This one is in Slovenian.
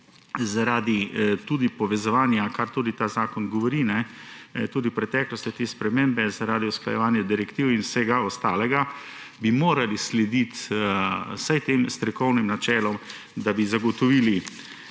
zaradi tudi povezovanja, kar tudi ta zakon govori – tudi v preteklosti so bile te spremembe zaradi usklajevanja direktiv in vsega ostalega –, bi morali slediti vsem tem strokovnim načelom, da bi zagotovili